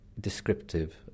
descriptive